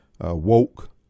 woke